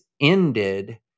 ended